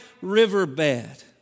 riverbed